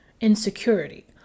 insecurity